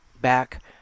back